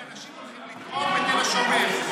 כי אנשים הולכים לתרום בתל שומר.